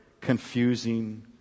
confusing